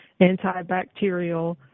antibacterial